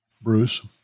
Bruce